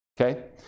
Okay